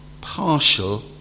partial